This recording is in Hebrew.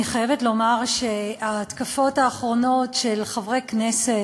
אני חייבת לומר שההתקפות האחרונות של חברי כנסת,